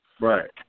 right